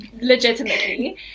legitimately